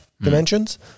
dimensions